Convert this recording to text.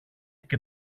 και